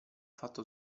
fatto